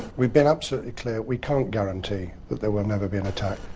we've been absolutely clear we can't guarantee that there will never be an attack.